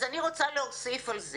אז אני רוצה להוסיף על זה